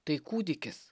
tai kūdikis